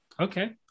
Okay